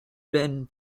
been